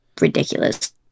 ridiculous